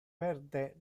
verde